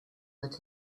that